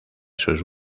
sus